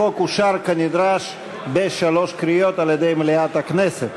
החוק אושר כנדרש בשלוש קריאות על-ידי מליאת הכנסת.